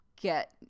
get